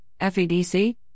FEDC